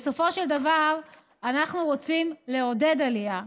בסופו של דבר אנחנו רוצים לעודד עלייה,